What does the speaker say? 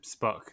Spock